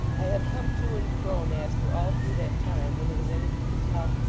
i have come to and fro, master, all through that time, when there was anything to tell,